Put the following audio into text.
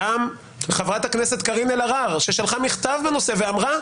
גם חברת הכנסת קארין אלהרר ששלחה מכתב בנושא ואמרה: